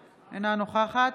אינו נוכח שירלי פינטו קדוש,